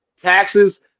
taxes